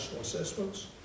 Assessments